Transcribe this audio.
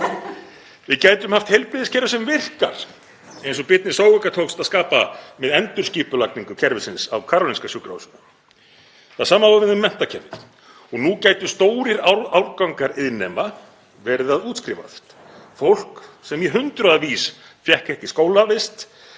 Við gætum haft heilbrigðiskerfi sem virkar eins og Birni Zoëga tókst að skapa með endurskipulagningu kerfisins á Karólínska sjúkrahúsinu. Það sama á við um menntakerfið. Nú gætu stórir árgangar iðnnema verið að útskrifast, fólk sem í hundraðavís fékk ekki skólavist